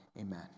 amen